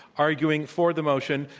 arguing for the motion,